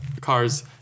cars